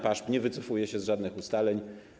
PAŻP nie wycofuje się z żadnych ustaleń.